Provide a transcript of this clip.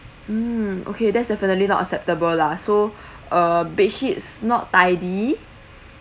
hmm okay that's definitely not acceptable lah so uh bed sheets not tidy